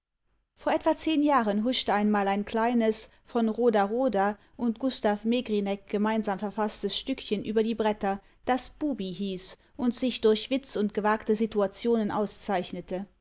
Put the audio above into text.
vor etwa zehn jahren huschte einmal ein kleines von roda roda und gustav megrinek gemeinsam verfaßtes stückchen über die bretter das bubi hieß und sich durch witz und gewagte situationen auszeichnete